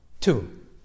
Two